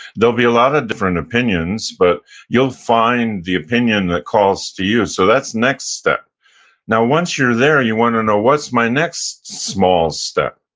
there'll be a lot of different opinions, but you'll find the opinion that calls to you. so that's next step now, once you're there, and you want to know what's my next small step?